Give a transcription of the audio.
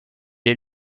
est